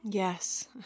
Yes